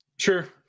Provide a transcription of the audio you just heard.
Sure